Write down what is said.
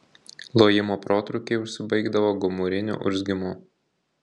lojimo protrūkiai užsibaigdavo gomuriniu urzgimu